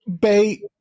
Bay